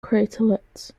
craterlets